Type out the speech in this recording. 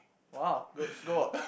!wah! good good work